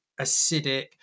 acidic